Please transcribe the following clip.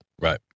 Right